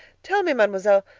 tell me, mademoiselle,